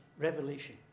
Revelation